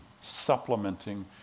supplementing